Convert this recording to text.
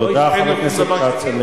תודה, חבר הכנסת כץ.